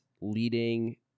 leading